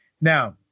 Now